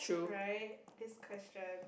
right this question